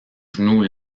genou